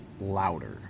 louder